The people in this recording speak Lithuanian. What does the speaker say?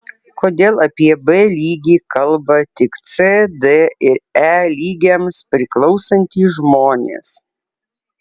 kodėl apie b lygį kalba tik c d ir e lygiams priklausantys žmonės